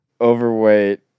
overweight